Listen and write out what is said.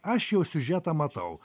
aš jau siužetą matau